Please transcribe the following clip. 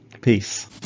Peace